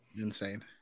insane